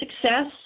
success